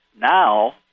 now